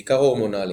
בעיקר הורמנליים.